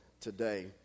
today